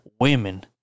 women